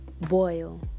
boil